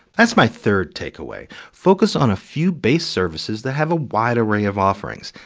that's my third takeaway focus on a few base services that have a wide array of offerings,